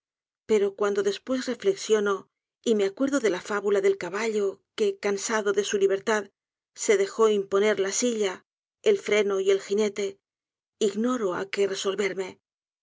pero cuando después reflexiono y me acuerdo de la fábula del caballo que cansado de su libertad se dejó imponer la silla el freno y el ginete ignoro á qué resolverme